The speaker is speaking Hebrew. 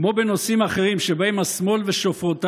כמו בנושאים אחרים שבהם השמאל ושופריו